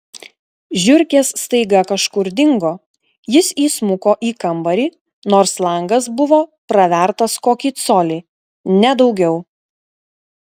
žiurkės staiga kažkur dingo jis įsmuko į kambarį nors langas buvo pravertas kokį colį ne daugiau